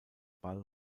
ball